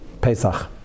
Pesach